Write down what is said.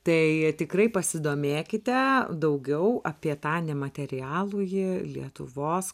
tai tikrai pasidomėkite daugiau apie tą nematerialųjį lietuvos